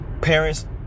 parents